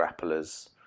grapplers